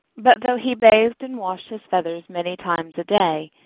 but though he bathed and washed his feathers many times a day,